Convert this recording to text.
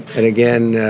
and again,